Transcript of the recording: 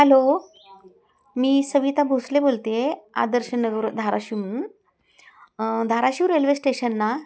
hello मी सविता भोसले बोलते Adarshnagar Dharashiv Dharashiv railway station ना